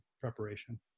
preparation